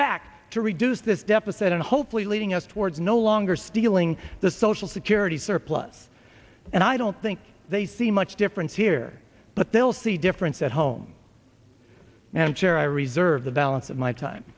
back to reduce this deficit and hopefully leading us towards no longer stealing the social security surplus and i don't think they see much difference here but they'll see difference at home and i'm sure i reserve the balance of my time